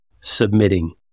submitting